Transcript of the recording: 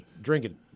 drinking